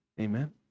Amen